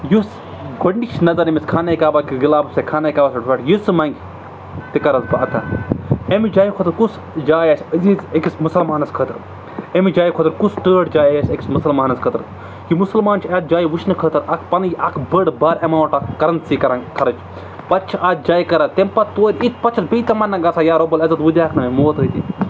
یُس گۄڈنِچ نظر أمِس خانہ کعبہ کہِ گِلافس یا خانے کعبَس پٮ۪ٹھ پٮ۪ٹھ یہِ سُہ منٛگہِ تہِ کَرَس بہٕ عطا اَمہِ جایہِ خٲطرٕ کُس جایہِ آسہِ عزیٖز أکِس مُسلمانَس خٲطرٕ اَمہِ جایہِ کھۄتہٕ کُس ٹٲٹھ جاے آسہِ أکِس مُسلمانَس خٲطرٕ یہِ مُسلمان چھِ اَتھ جایہِ وٕچھنہٕ خٲطرٕ اَکھ پَنٕنۍ اَکھ بٔڑ بار اٮ۪ماوُنٛٹ آف کَرَنسی کَران خَرٕچ پَتہٕ چھِ اَتھ جایہِ کَران تٔمۍ پَتہٕ تور یِتھ پَتہٕ چھِ بیٚیہِ تَمنّا گژھان یا رۄب العزت وۄنۍ دِیاکھ نہٕ مےٚ موت أتی